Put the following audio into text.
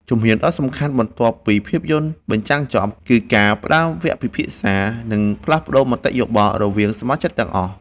ជំហានដ៏សំខាន់បន្ទាប់ពីភាពយន្តបញ្ចាំងចប់ គឺការផ្ដើមវគ្គពិភាក្សា និងផ្លាស់ប្តូរមតិយោបល់រវាងសមាជិកទាំងអស់។